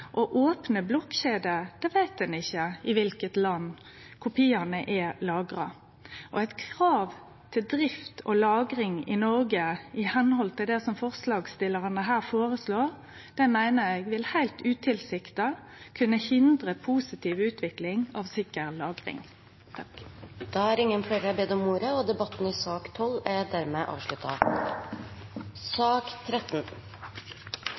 i opne blokkjeder veit ein ikkje i kva land kopiane er lagra. Eit krav til drift og lagring i Noreg, i samsvar med det forslagsstillarane her foreslår, meiner eg vil heilt utilsikta kunne hindre positiv utvikling av sikker lagring. Flere har ikke bedt om ordet til sak nr. 12. Etter ønske fra helse- og